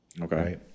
Okay